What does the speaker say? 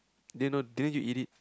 they know didn't eat it